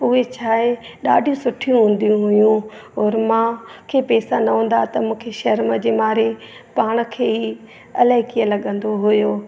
उहे छा आहे ॾाढी सुठियूं हूंदियूं हुयूं और मूंखे पैसा न हूंदा त मूंखे शर्म जे मारे पाण खे ई अलाए कीअं लॻंदो हुयो